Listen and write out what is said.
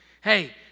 hey